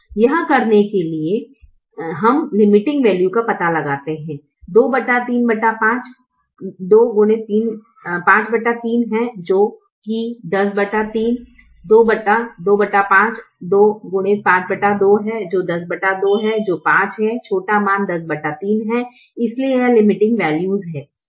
यह करने के लिए कि हम लिमीटिंग वैल्यूस का पता लगाते हैं 2 35 2 x 53 है जो कि 103 225 2 x 52 है जो 102 है जो 5 है छोटा मान 103 है इसलिए यह लिमीटिंग वैल्यूस है